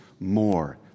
more